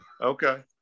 Okay